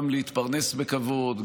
גם להתפרנס בכבוד,